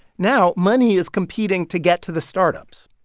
now money is competing to get to the startups.